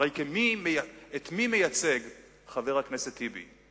הרי את מי חבר הכנסת טיבי מייצג?